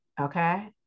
Okay